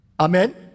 Amen